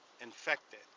infected